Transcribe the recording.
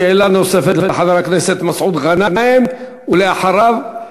שאלה נוספת לחבר הכנסת מסעוד גנאים, ואחריו,